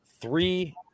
three